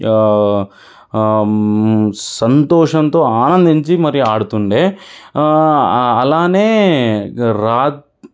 సంతోషంతో ఆనందించి మరి ఆడుతుండే అలానే రా